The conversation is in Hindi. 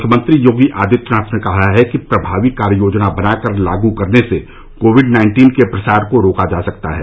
मुख्यमंत्री योगी आदित्यनाथ ने कहा है कि प्रभावी कार्य योजना बनाकर लागू करने से कोविड नाइन्टीन के प्रसार को रोका जा सकता है